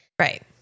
Right